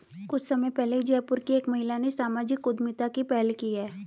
कुछ समय पहले ही जयपुर की एक महिला ने सामाजिक उद्यमिता की पहल की है